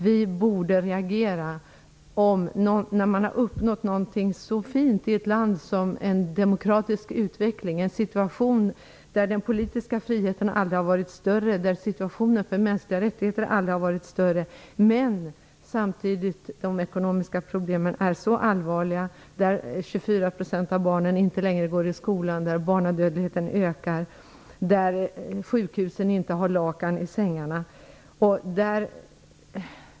Vi borde reagera när man uppnått något så fint i ett land som en demokratisk utveckling och en situation där den politiska friheten aldrig har varit större, där situationen för mänskliga rättigheter aldrig har varit större, men där de ekonomiska problemen samtidigt är så allvarliga. 24 % av barnen går inte längre i skolan. Barnadödligheten ökar. Sjukhusen har inte lakan i sängarna.